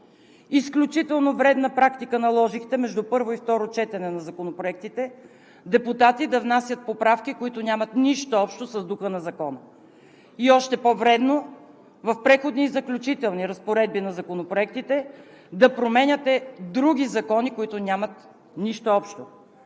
Изключително вредна практика наложихте между първо и второ четене на законопроектите депутати да внасят поправки, които нямат нищо общо с духа на закона. И още по-вредно – в Преходни и заключителни разпоредби на законопроектите да променяте други закони, които нямат нищо общо,